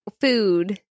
food